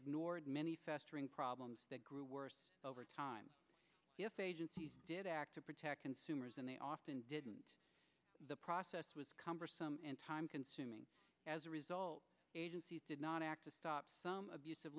ignored many festering problems that grew worse over time if agencies did act to protect consumers and they often did and the process was cumbersome and time consuming as a result agencies did not act to stop some abusive